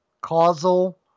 Causal